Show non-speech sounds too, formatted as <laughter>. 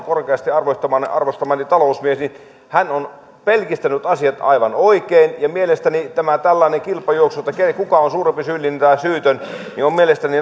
<unintelligible> korkeasti arvostama talousmies on pelkistänyt asiat aivan oikein mielestäni tämä tällainen kilpajuoksu siitä kuka on suurempi syyllinen tai syytön on